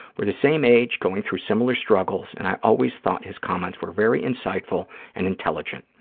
we're the same age, going through similar struggles, and i always thought his comments were very insightful and intelligent.